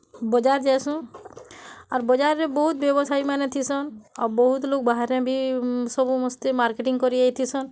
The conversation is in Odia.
ବଜାର୍ ଯାଇସୁଁ ଆର୍ ବଜାର୍ରେ ବହୁତ ବ୍ୟବସାୟୀମାନେ ଥିସନ୍ ଆଉ ବୋହୁତ୍ ଲୋକ୍ ବାହାରେ ବି ସବୁ ସମସ୍ତେ ମାର୍କେଟିଂ କରିଆଇ ଥିସନ୍